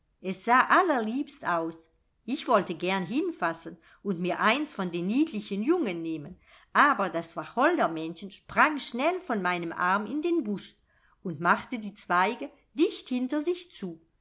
es sah allerliebst aus ich wollte gern hinfassen und mir eins von den niedlichen jungen nehmen aber das wacholdermännchen sprang schnell von meinem arm in den busch und machte die zweige dicht hinter sich zu